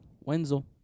Wenzel